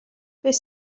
beth